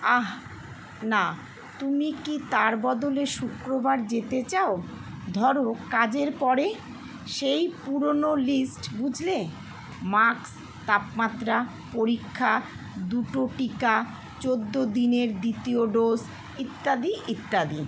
আহ না তুমি কি তার বদলে শুক্রবার যেতে চাও ধরো কাজের পরে সেই পুরোনো লিস্ট বুঝলে ম্যাক্স তাপমাত্রা পরীক্ষা দুটো টিকা চোদ্দো দিনের দ্বিতীয় ডোস ইত্যাদি ইত্যাদি